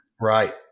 Right